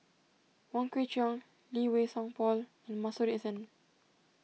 Wong Kwei Cheong Lee Wei Song Paul and Masuri S N